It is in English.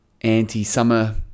anti-summer